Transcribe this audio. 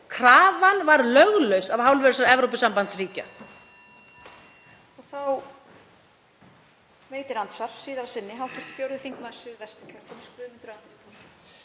Krafan var löglaus af hálfu þessara Evrópusambandsríkja.